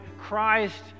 Christ